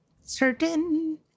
certain